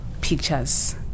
pictures